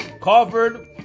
covered